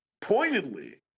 Pointedly